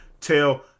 Tell